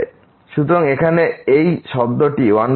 সুতরাং এখানে এই শব্দটি 1f এও যায়